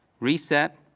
reset,